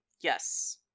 yes